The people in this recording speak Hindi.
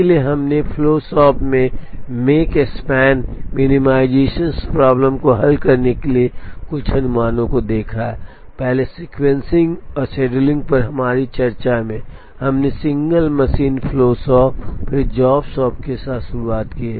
इसलिए अब हमने फ्लो शॉप में मेक स्पैन मिनिमाइजेशन प्रॉब्लम को हल करने के लिए कुछ अनुमानों को देखा है पहले सीक्वेंसिंग और शेड्यूलिंग पर हमारी चर्चा में हमने सिंगल मशीन फ्लो शॉप और फिर जॉब शॉप के साथ शुरुआत की